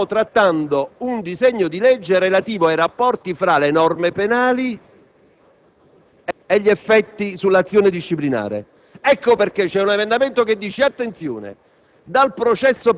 noi stiamo trattando un disegno di legge relativo ai rapporti tra le norme penali e gli effetti sull'azione disciplinare. Ecco perché c'è un emendamento che mette in